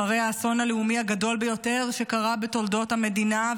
אחרי האסון הלאומי הגדול ביותר שקרה בתולדות המדינה,